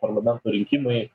parlamento rinkimai